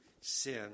sin